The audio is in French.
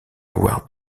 avoir